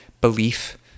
belief